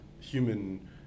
human